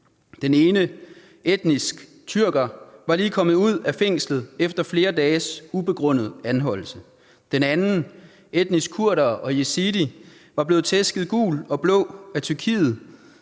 Den ene, etnisk tyrker, var lige kommet ud af fængslet efter flere dages ubegrundet anholdelse. Den anden, etnisk kurder og yazidi, var blevet tæsket gul og blå af Tyrkiets